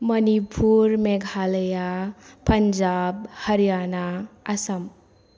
Manipur Meghalaya Punjab Haryana Assam